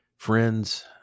Friends